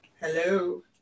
Hello